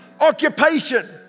occupation